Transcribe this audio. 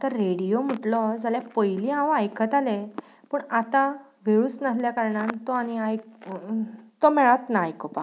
आतां रेडिओ म्हटलो जाल्यार पयलीं हांव आयकतालें पूण आतां वेळूच नासल्या कारणान तो आनी आयक तो मेळच ना आयकुपाक